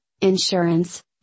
insurance